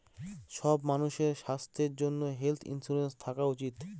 সব মানুষের স্বাস্থ্যর জন্য হেলথ ইন্সুরেন্স থাকা উচিত